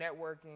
networking